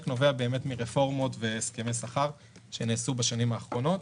נובע מרפורמות והסכמי שכר שנעשו בשנים האחרונות.